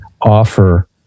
offer